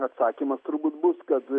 atsakymas turbūt bus kad